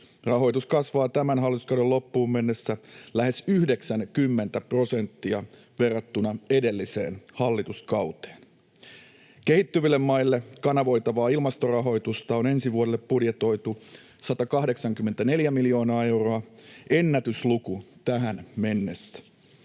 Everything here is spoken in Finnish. Rahoitus kasvaa tämän hallituskauden loppuun mennessä lähes 90 prosenttia verrattuna edelliseen hallituskauteen. Kehittyville maille kanavoitavaa ilmastorahoitusta on ensi vuodelle budjetoitu 184 miljoonaa euroa — ennätysluku tähän mennessä.